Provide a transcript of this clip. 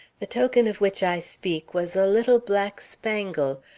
the token of which i speak was a little black spangle,